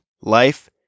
life